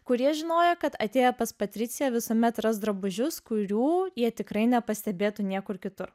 kurie žinojo kad atėjo pas patriciją visuomet ras drabužius kurių jie tikrai nepastebėtų niekur kitur